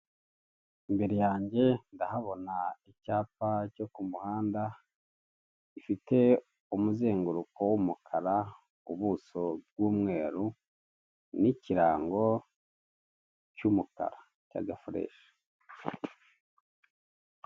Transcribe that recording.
Imbere yange ndahabona icyapa cyo ku muhanda gifite umuzenguru w'umukara, ubuso bw'umweru, n'ikirango cy'umukara, cy'agafureshe.